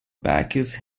bacchus